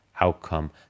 outcome